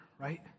Right